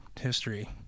history